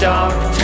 dark